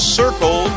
circle